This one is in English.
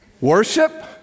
Worship